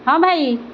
ହଁ ଭାଇ